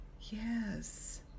Yes